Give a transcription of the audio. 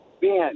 Ben